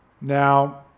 Now